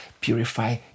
Purify